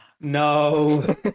no